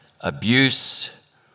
abuse